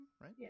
right